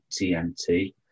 TNT